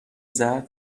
زدما